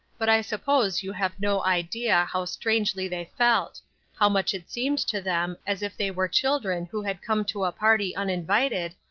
but i suppose you have no idea how strangely they felt how much it seemed to them as if they were children who had come to a party uninvited,